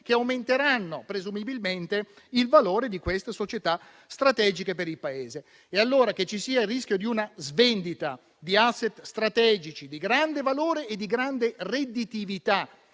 che aumenteranno, presumibilmente, il valore di queste società strategiche per il Paese. Allora, che ci sia il rischio di una svendita di *asset* strategici di grande valore e di grande redditività